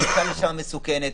הגישה למקום מסוכנת,